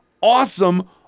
awesome